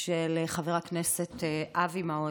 של חבר הכנסת אבי מעוז,